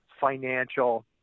financial